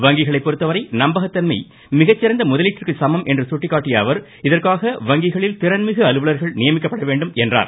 வங்கிகளைப் பொறுத்தவரை நம்பகத்தன்மை மிகச்சிறந்த முதலீட்டிற்கு சமம் என்று சுட்டிக்காட்டிய அவர் இதற்காக வங்கிகளில் திறன்மிகு அலுவலர்கள் நியமிக்கப்பட வேண்டும் என்றார்